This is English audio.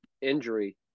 injury